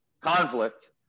conflict